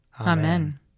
Amen